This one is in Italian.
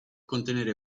contenere